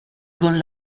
con